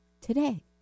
today